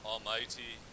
Almighty